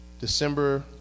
December